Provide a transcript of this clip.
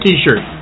T-shirt